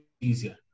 easier